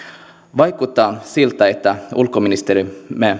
vaikuttaa siltä että ulkoministerimme